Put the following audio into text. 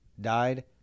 died